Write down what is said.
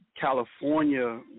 California